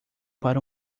para